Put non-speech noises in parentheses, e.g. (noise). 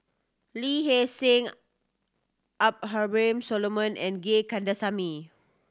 Lee Hee Seng (unintelligible) Abraham Solomon and Gay Kandasamy